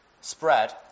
spread